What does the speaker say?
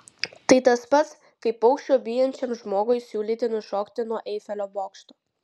tai tas pats kaip aukščio bijančiam žmogui siūlyti nušokti nuo eifelio bokšto